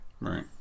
Right